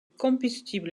combustible